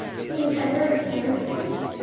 he was ever a carriage horse?